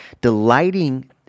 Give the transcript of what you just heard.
delighting